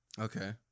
Okay